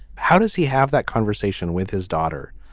how does he have that conversation with his daughter